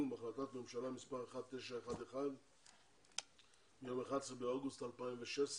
בהחלטת ממשלה מספר 1911 מיום 11 באוגוסט 2016",